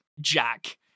Jack